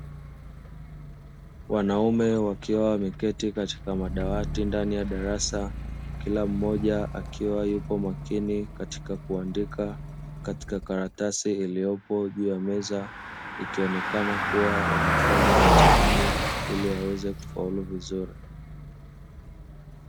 Wanaume wakiwa wameketi katika madawati ndani ya darasa, kila mmoja akiwa yupo makini katika kuandika, katika karatasi iliyopo juu ya meza ikionekana kuwa wanafanya mtihani ili waweze kufaulu vizuri.